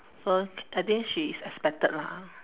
so I think she is expected lah